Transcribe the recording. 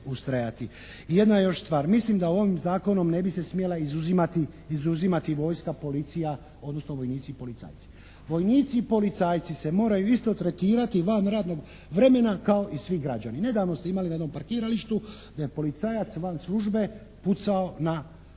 je još stvar. Mislim da u ovom zakonu ne bi se smjela izuzimati vojska, policija, odnosno vojnici i policajci. Vojnici i policajci se moraju isto tretirati van radnog vremena kao i svi građani. Nedavno ste imali na jednom parkiralištu da je policajac van službe pucao na